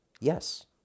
Yes